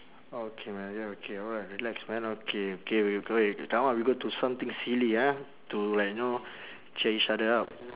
okay man you're okay alright relax man okay okay re~ okay now we go to something silly ah to like you know to cheer each other up